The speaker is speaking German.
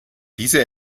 diese